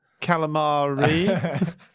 Calamari